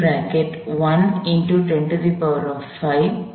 25x 107 1x 105 - 0